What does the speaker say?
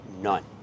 None